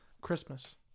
christmas